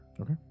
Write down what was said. Okay